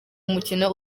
umukino